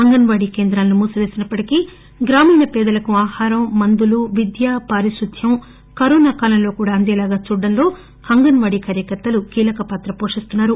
అంగన్నాడీ కేంద్రాలను మూసివేసినప్పటికీ గ్రామీణ పేదలకు ఆహారం మందులు విద్యా పారిశుద్ద్యం కరోనా కాలంలో కూడా అందేలాగా చూడటంలో అంగన్నాడీ కార్యకర్తలు కీలకపాత్ర పోషిస్తున్నారు